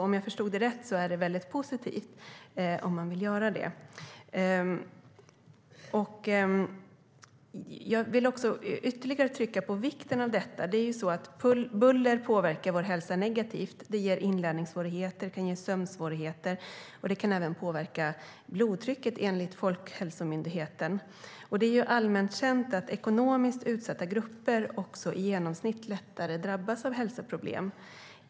Om jag förstod det rätt är det positivt om man vill göra det. Jag vill ytterligare trycka på vikten av detta. Buller påverkar vår hälsa negativt. Det ger inlärningssvårigheter, det kan ge sömnsvårigheter och det kan även påverka blodtrycket, enligt Folkhälsomyndigheten. Det är allmänt känt att ekonomiskt utsatta grupper i genomsnitt lättare drabbas av hälsoproblem.